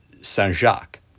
Saint-Jacques